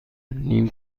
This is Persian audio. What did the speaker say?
نیم